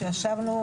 כשישבנו